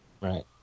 Right